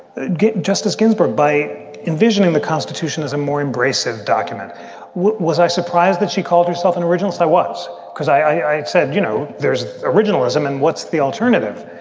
justice ginsburg, by envisioning the constitution as a more embracing document was i surprised that she called herself an originalist? i was, because i said, you know, there's originalism. and what's the alternative?